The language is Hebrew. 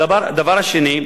הדבר השני,